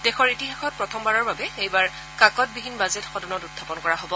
দেশৰ ইতিহাসত প্ৰথমবাৰৰ বাবে এইবাৰ কাকতবিহীন বাজেট সদনত উখাপন কৰা হব